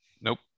Nope